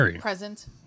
present